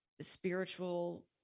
spiritual